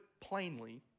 plainly